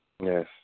Yes